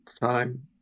time